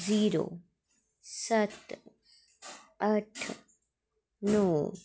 zero सत्त अट्ठ नौ